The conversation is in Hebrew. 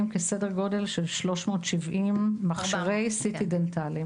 סדר גודל של 370 מכשירי CT דנטליים.